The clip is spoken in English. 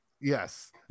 Yes